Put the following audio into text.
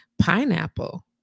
Pineapple